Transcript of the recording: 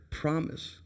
promise